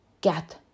get